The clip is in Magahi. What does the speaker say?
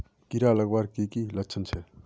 कीड़ा लगवार की की लक्षण छे?